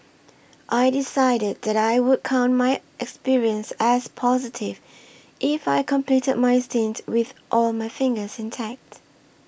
I decided that I would count my experience as positive if I completed my stint with all my fingers intact